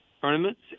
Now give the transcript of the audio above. tournaments